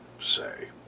say